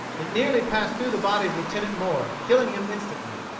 it nearly passed through the body of lieutenant moore, killing him instantly.